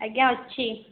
ଆଜ୍ଞା ଅଛି